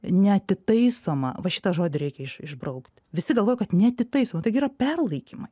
neatitaisoma va šitą žodį reikia išbraukt visi galvoja kad neatitaisoma taigi yra perlaikymai